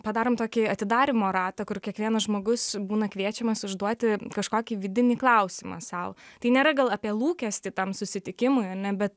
padarom tokį atidarymo ratą kur kiekvienas žmogus būna kviečiamas užduoti kažkokį vidinį klausimą sau tai nėra gal apie lūkestį tam susitikimui ane bet